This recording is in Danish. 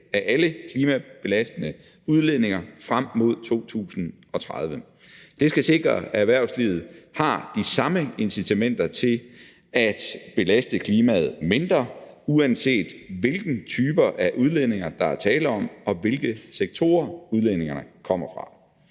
af alle klimabelastende udledninger frem mod 2030. Det skal sikre, at erhvervslivet har de samme incitamenter til at belaste klimaet mindre, uanset hvilke typer af udledninger der er tale om og hvilke sektorer udledningerne kommer fra.